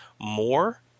more